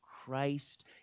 Christ